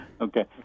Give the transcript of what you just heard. Okay